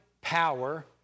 power